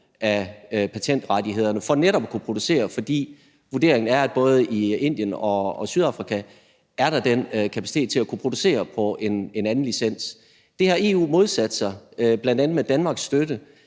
af patentrettighederne, for netop at kunne producere, fordi vurderingen er, at der i både Indien og Sydafrika er den kapacitet til at producere på en anden licens. Det har EU modsat sig, bl.a. med Danmarks støtte.